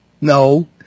No